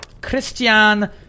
Christian